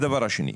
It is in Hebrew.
הדבר השני,